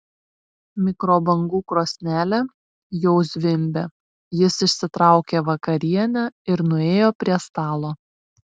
mikrobangų krosnelė jau zvimbė jis išsitraukė vakarienę ir nuėjo prie stalo